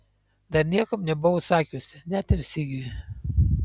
dar niekam nebuvau sakiusi net ir sigiui